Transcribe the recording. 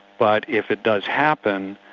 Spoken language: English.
but if it does happen,